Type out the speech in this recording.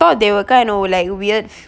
thought they were kind of like weird f~